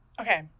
Okay